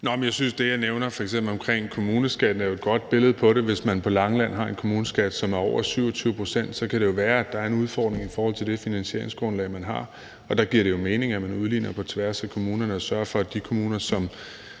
Bek): Jeg synes, at det, jeg f.eks. nævner om kommuneskatten, er et godt billede på det. Hvis man på Langeland har en kommuneskat, som er på over 27 pct., kan det jo være, at der er en udfordring i forhold til det finansieringsgrundlag, man har, og der giver det jo mening, at man udligner på tværs af kommunerne og sørger for, at de kommuner, som